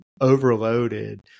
overloaded